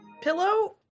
Pillow